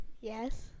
Yes